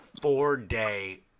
four-day